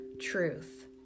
truth